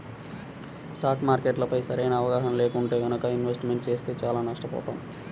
stock మార్కెట్లపైన సరైన అవగాహన లేకుండా గనక ఇన్వెస్ట్మెంట్ చేస్తే చానా నష్టపోతాం